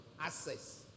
access